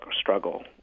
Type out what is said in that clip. struggle